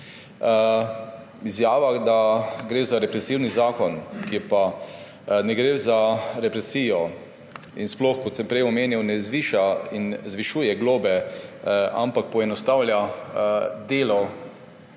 Izjava, da gre za represivni zakon. Kje pa! Ne gre za represijo in sploh, kot sem prej omenil, ne zvišuje globe, ampak poenostavlja delo